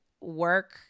work